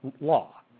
law